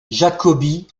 jacobi